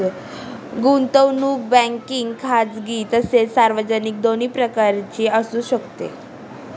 गुंतवणूक बँकिंग खाजगी तसेच सार्वजनिक दोन्ही प्रकारची असू शकते